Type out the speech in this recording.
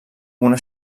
una